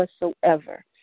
whatsoever